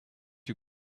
you